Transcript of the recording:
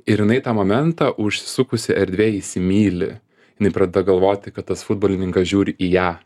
ir jinai tą momentą užsisukusi erdvėj įsimyli inai pradeda galvoti kad tas futbolininkas žiūri į ją